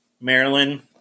Maryland